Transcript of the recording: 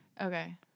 okay